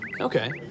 Okay